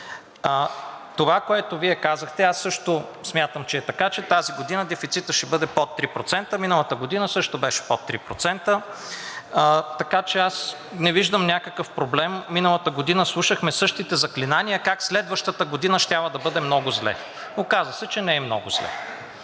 Това, което Вие казахте, аз също смятам, че е така, че тази година дефицитът ще бъде под 3%. Миналата година също беше под 3%, така че аз не виждам някакъв проблем. Миналата година слушахме същите заклинания как следващата година щяла да бъде много зле. Оказа се, че не е много зле.